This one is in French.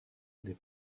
des